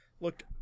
looked